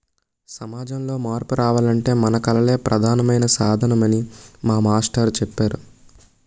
సమాజంలో మార్పు రావాలంటే మన కళలే ప్రధానమైన సాధనమని మా మాస్టారు చెప్పేరు